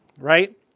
right